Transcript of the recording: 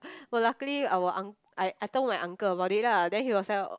but luckily our unc~ I I told my uncle about it lah then he was like